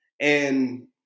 And-